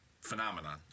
phenomenon